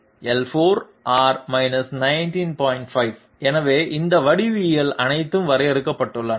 5 எனவே இந்த வடிவவியல்கள் அனைத்தும் வரையறுக்கப்பட்டுள்ளன